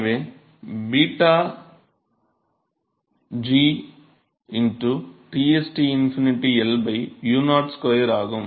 எனவே 𝞫 g Ts T∞ L u02 ஆகும்